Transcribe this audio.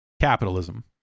capitalism